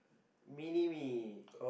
mini me